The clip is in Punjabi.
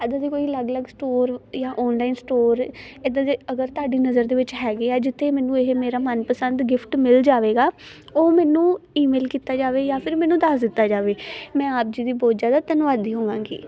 ਇੱਦਾਂ ਦੀ ਕੋਈ ਅਲੱਗ ਅਲੱਗ ਸਟੋਰ ਜਾਂ ਆਨਲਾਈਨ ਸਟੋਰ ਇੱਦਾਂ ਦੀ ਅਗਰ ਤੁਹਾਡੀ ਨਜ਼ਰ ਦੇ ਵਿੱਚ ਹੈਗੇ ਆ ਜਿੱਥੇ ਮੈਨੂੰ ਇਹ ਮੇਰਾ ਮਨ ਪਸੰਦ ਗਿਫਟ ਮਿਲ ਜਾਵੇਗਾ ਉਹ ਮੈਨੂੰ ਈਮੇਲ ਕੀਤਾ ਜਾਵੇ ਜਾਂ ਫਿਰ ਮੈਨੂੰ ਦੱਸ ਦਿੱਤਾ ਜਾਵੇ ਮੈਂ ਆਪ ਜੀ ਦੀ ਬਹੁਤ ਜ਼ਿਆਦਾ ਧੰਨਵਾਦੀ ਹੋਵਾਂਗੀ